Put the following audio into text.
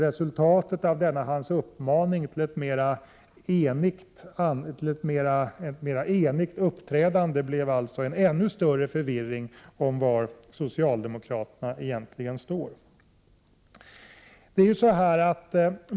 Resultatet av denna hans uppmaning till ett mer enigt uppträdande blev alltså en ännu större förvirring om var socialdemokraterna egentligen står.